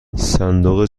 صندوق